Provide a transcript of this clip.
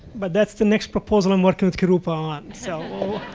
but that's the next proposal i'm working with kiruba on. so